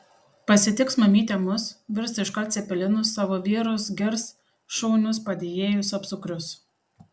pasitiks mamytė mus virs iškart cepelinus savo vyrus girs šaunius padėjėjus apsukrius